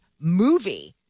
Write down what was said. movie